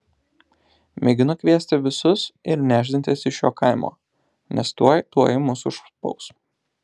mėginu kviesti visus ir nešdintis iš šio kaimo nes tuoj tuoj mus užspaus